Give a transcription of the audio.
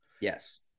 yes